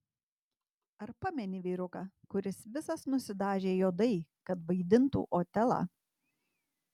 ar pameni vyruką kuris visas nusidažė juodai kad vaidintų otelą